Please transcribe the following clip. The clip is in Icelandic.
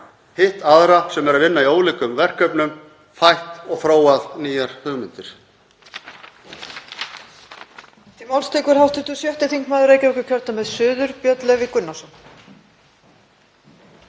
hitt aðra sem eru að vinna í ólíkum verkefnum, fætt og þróað nýjar hugmyndir.